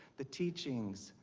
the teachings,